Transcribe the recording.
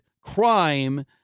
crime